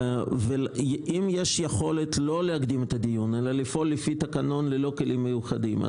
אם יש יכולת לא להקדים את הדיון אלא לפעול לפי תקנון ללא כלים מיוחדים,